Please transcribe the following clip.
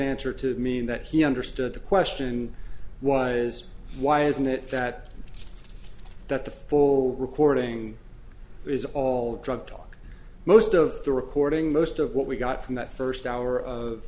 answer to mean that he understood the question was why isn't it that that the full recording is all drug talk most of the recording most of what we got from that first hour of